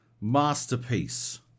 masterpiece